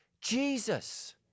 Jesus